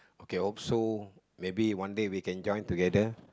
okay also maybe one day we can join together